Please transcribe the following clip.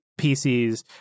PCs